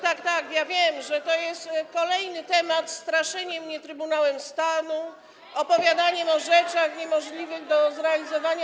Tak, tak, ja wiem, że to jest kolejny temat: straszenie mnie Trybunałem Stanu, opowiadanie o rzeczach niemożliwych do zrealizowania.